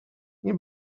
nie